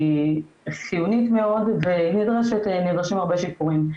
היא חיונית מאוד ונדרשים הרבה שיפורים.